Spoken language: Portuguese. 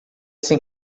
sem